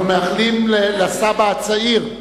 אנחנו מאחלים לסבא הצעיר,